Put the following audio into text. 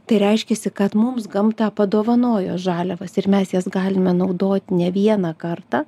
tai reiškiasi kad mums gamta padovanojo žaliavas ir mes jas galime naudot ne vieną kartą